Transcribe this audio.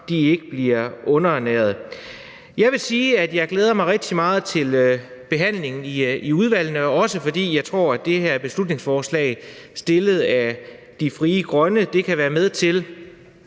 ikke bliver underernæret. Jeg vil sige, at jeg glæder mig rigtig meget til behandlingen i udvalgene, også fordi jeg tror, at det her beslutningsforslag, som er fremsat af Frie Grønne, om jeg så må sige,